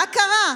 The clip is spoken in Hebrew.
מה קרה,